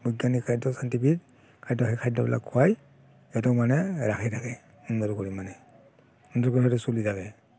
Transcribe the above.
বৈজ্ঞানিক খাদ্য ছাইণ্টিফিক খাদ্য সেই খাদ্যবিলাক খুৱাই সিহঁতক মানে ৰাখি থাকে সুন্দৰ কৰি মানে সুন্দৰকৈ সিহঁতি চলি থাকে